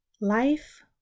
life